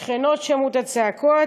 השכנות שמעו את הצעקות,